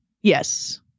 Yes